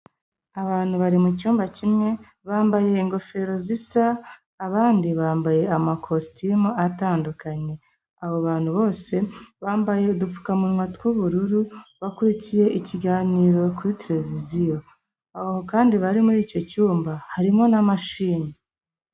Abantu bari mu cyumba kimwe, bambaye ingofero zisa, abandi bambaye amakositimu atandukanye. Abo bantu bose bambaye udupfukamunwa tw'ubururu, bakurikiye ikiganiro kuri televiziyo. Aho kandi bari muri icyo cyumba, harimo na mashini.